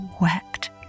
wept